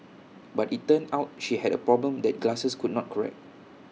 but IT turned out she had A problem that glasses could not correct